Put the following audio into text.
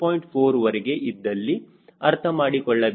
4 ವರೆಗೆ ಇದ್ದಲ್ಲಿ ಅರ್ಥಮಾಡಿಕೊಳ್ಳಬೇಕು